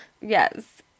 Yes